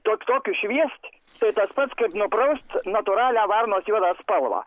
tuos tokius šviesti tai tas pats kaip nupraust natūralią varnos juodą spalvą